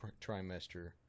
trimester